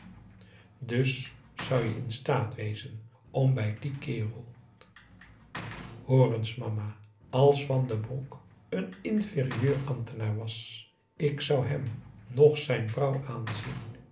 dus zou je in staat wezen om bij dien kerel hoor eens mama als van den broek een inferieur ambtenaar was ik zou hem noch zijn vrouw aanzien